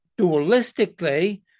dualistically